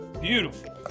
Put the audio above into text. Beautiful